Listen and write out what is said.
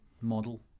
model